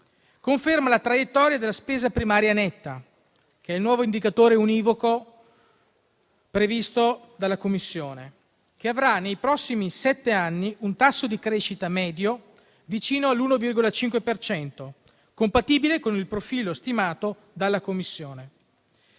conferma la traiettoria della spesa primaria netta, che è il nuovo indicatore univoco previsto dalla Commissione, che avrà nei prossimi sette anni un tasso di crescita medio vicino all'1,5 per cento, compatibile con il profilo stimato dalla Commissione.